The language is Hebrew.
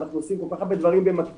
אנחנו עושים כל כך הרבה דברים במקביל.